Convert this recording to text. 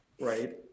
right